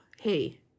Hey